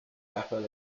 capas